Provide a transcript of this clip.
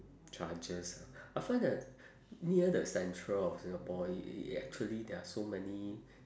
charges ah I find that near the central of singapore it it actually there are so many